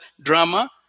drama